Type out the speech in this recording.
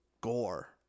gore